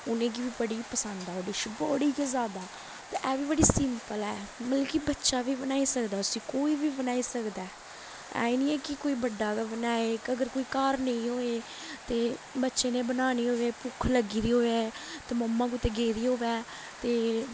उ'नें गी बी बड़ी पसंद ऐ ओह् डिश बड़ी गै जैदा ते ऐ बी बड़ी सिंपल ऐ मतलब कि बच्चा बी बनाई सकदा उस्सी कोई बी बनाई सकदा ऐ है गै नेईं ऐ कि कोई बड्डा गै बनाए अगर कोई घर नेईं होवै ते बच्चे ने बनानी होवै भुक्ख लगी दी होवै ते मम्मा कुतै गेदी होवै ते